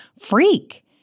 freak